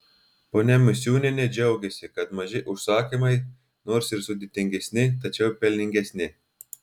ponia misiūnienė džiaugiasi kad maži užsakymai nors ir sudėtingesni tačiau pelningesni